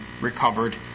recovered